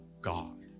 God